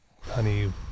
honey